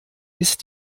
ist